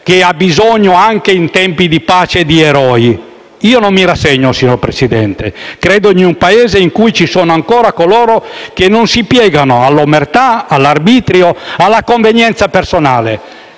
che ha bisogno, anche in tempi di pace, di eroi. Signor Presidente, io non mi rassegno. Credo in un Paese in cui ci sono ancora coloro che non si piegano all'omertà, all'arbitrio e alla convenienza personale.